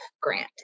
grant